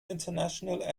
international